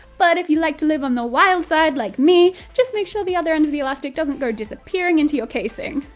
but if you like to live on the wild side like me, just make sure the other end of the elastic doesn't go disappearing into your casing.